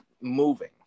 moving